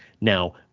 now